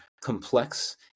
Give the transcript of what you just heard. complex